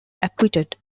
acquitted